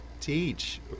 teach